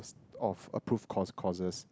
of approved course courses